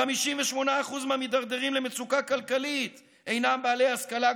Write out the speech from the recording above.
58% מהמידרדרים למצוקה כלכלית אינם בעלי השכלה גבוהה,